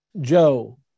joe